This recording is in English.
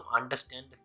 understand